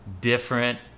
different